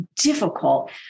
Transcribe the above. difficult